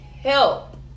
help